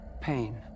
Pain